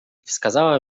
wskazała